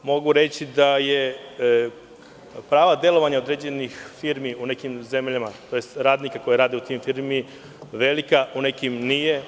Mogu reći da je pravo delovanja određenih firmi u nekim zemljama, to jest radnika koji rade u toj firmi, veliko, u nekima nije.